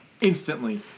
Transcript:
instantly